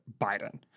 Biden